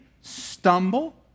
stumble